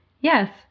yes